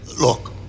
Look